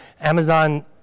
amazon